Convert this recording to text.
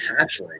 hatchling